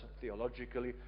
theologically